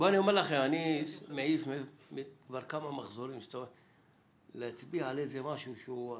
בואו אני אומר לכם, להצביע על איזה משהו שהוא הכי?